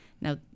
Now